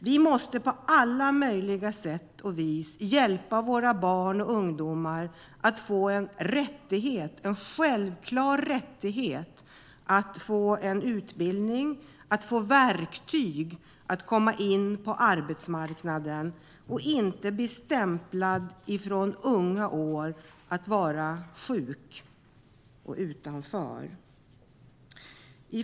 Vi måste på alla möjliga sätt hjälpa våra barn och ungdomar till en självklar rättighet till utbildning och att få verktyg att komma in på arbetsmarknaden och inte från unga år bli stämplade att vara sjuk och utanför.